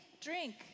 drink